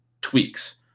tweaks